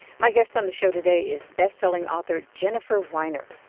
my guest on the show today is best-selling author jennifer weiner.